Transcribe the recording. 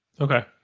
Okay